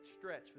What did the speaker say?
stretch